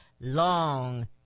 long